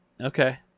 Okay